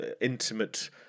intimate